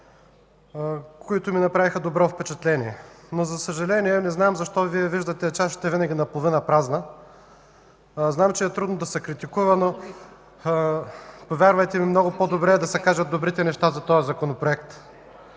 които ми направиха добро впечатление. За съжаление, не знам защо Вие виждате чашата винаги наполовина празна. Знам, че е трудно да се критикува, но, повярвайте ми, много по-добре е да се кажат добрите неща за Законопроекта.